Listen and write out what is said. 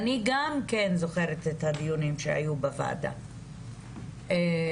אני עוד מדברת אחר כך בוועדת חוקה ומשפט,